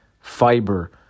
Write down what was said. fiber